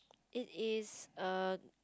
it is err